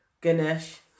Ganesh